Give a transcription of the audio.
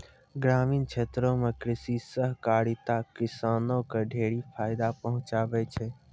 ग्रामीण क्षेत्रो म कृषि सहकारिता किसानो क ढेरी फायदा पहुंचाबै छै